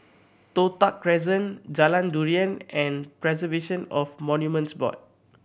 Toh Tuck Crescent Jalan Durian and Preservation of Monuments Board